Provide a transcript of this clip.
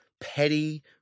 petty –